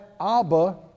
Abba